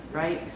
right?